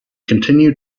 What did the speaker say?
continued